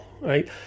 Right